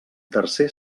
tercer